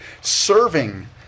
Serving